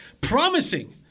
promising